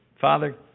Father